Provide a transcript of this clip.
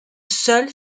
seule